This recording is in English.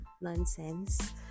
nonsense